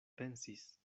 pensis